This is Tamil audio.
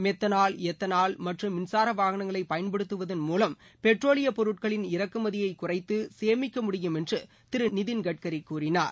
மெத்தனால் எத்தனால் மற்றும் மின்சார வாகனங்களை பயன்படுத்துவதன் மூலம் பெட்ரோலிய பொருட்களின்இறக்குமதியை குறைத்து சேமிக்க முடியும் என்று திரு நிதின்கட்காி கூறினார்